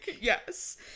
Yes